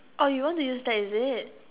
oh you want to use that is it